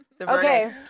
Okay